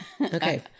Okay